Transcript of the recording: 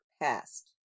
past